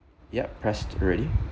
yup pressed already